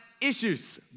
issues